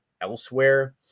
Elsewhere